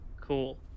Cool